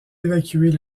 évacués